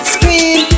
Scream